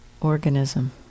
organism